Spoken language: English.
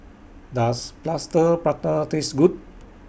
Does Plaster Prata Taste Good